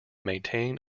maintain